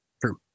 True